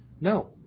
No